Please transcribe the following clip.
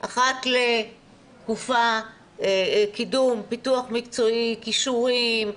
אחת לתקופה קידום פיתוח מקצועי, כישורים.